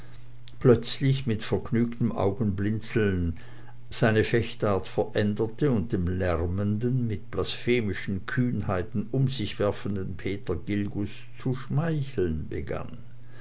plötzlich mit vergnügtem augenblinzeln seine fechtart veränderte und dem lärmenden mit blasphemischen kühnheiten um sich werfenden peter gilgus zu schmeicheln begann